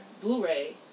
Blu-ray